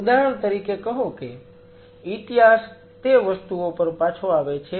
ઉદાહરણ તરીકે કહો કે ઇતિહાસ તે વસ્તુઓ પર પાછો આવે છે